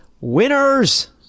winners